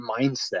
mindset